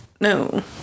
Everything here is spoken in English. No